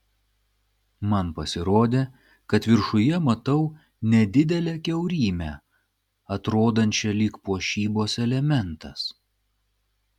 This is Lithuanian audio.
man pasirodė kad viršuje matau nedidelę kiaurymę atrodančią lyg puošybos elementas